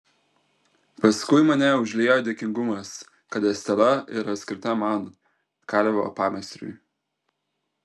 paskui mane užliejo dėkingumas kad estela yra skirta man kalvio pameistriui